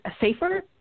safer